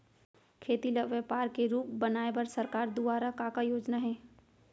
खेती ल व्यापार के रूप बनाये बर सरकार दुवारा का का योजना हे?